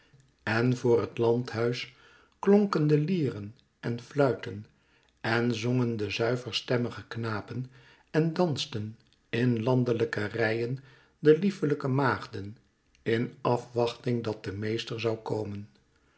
en voor het landhuis klonken de lieren en fluiten en zongen de zuiverstemmige knapen en dansten in landelijke rijen de lieflijke maagden in afwachting dat de meester zoû komen